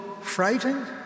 frightened